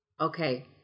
okay